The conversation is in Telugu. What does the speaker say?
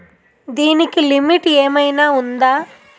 దీనికి లిమిట్ ఆమైనా ఉందా?